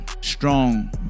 Strong